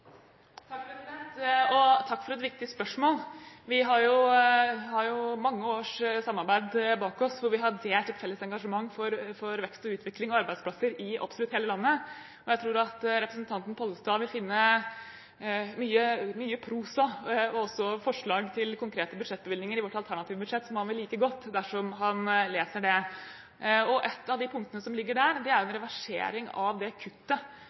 Takk for et viktig spørsmål. Vi har mange års samarbeid bak oss hvor vi har delt et felles engasjement for vekst og utvikling av arbeidsplasser i absolutt hele landet, og jeg tror at representanten Pollestad vil finne mye prosa og også forslag til konkrete budsjettbevilgninger i vårt alternative budsjett som han vil like godt dersom han leser det. Et av de punktene som ligger der, er reversering av det kuttet som regjeringen har foreslått på bredbåndsutbygging. Det kuttet reverserer vi fordi vi mener det er en